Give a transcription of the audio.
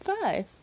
five